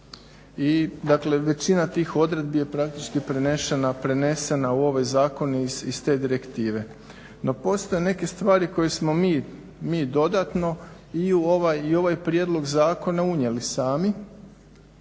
I dakle većina tih odredbi je praktički prenesena u ovaj zakon iz te direktive. No, postoje neke stvari koje smo mi dodatno i u ovaj prijedlog zakona unijeli sami,